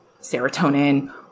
serotonin